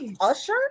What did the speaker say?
Usher